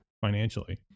financially